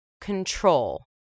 control